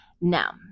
now